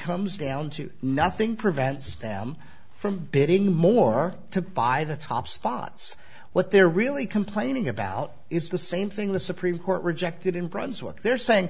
comes down to nothing prevents them from bidding more to buy the top spots what they're really complaining about it's the same thing the supreme court rejected in brunswick they're saying